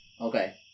Okay